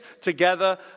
together